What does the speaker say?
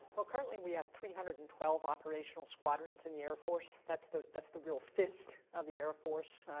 well currently we have three hundred and twelve operational squadrons in the air force that's the that's the real fist of the air force.